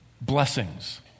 blessings